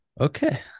okay